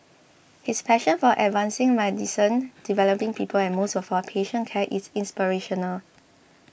his passion for advancing medicine developing people and most of all patient care is inspirational